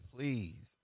Please